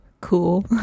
cool